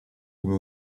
come